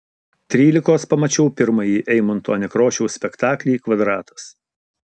trylikos pamačiau pirmąjį eimunto nekrošiaus spektaklį kvadratas